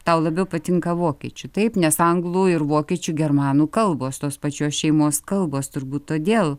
tau labiau patinka vokiečių taip nes anglų ir vokiečių germanų kalbos tos pačios šeimos kalbos turbūt todėl